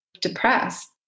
depressed